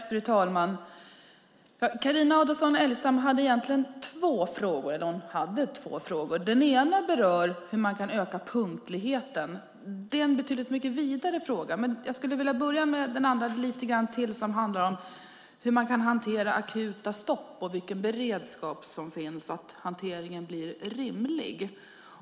Fru talman! Carina Adolfsson Elgestam hade två frågor. Den ena berör hur man kan öka punktligheten. Det är en betydligt vidare fråga. Jag skulle vilja börja med den andra, som handlar om hur man kan hantera akuta stopp och vilken beredskap som finns så att hanteringen blir rimlig.